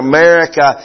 America